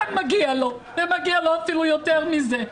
כן מגיע לו, ומגיע לו אפילו יותר מזה.